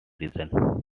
reason